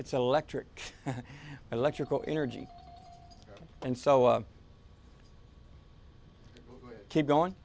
it's electric electrical energy and so keep going